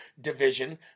division